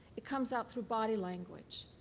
it comes out through body language.